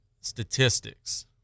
statistics